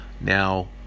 now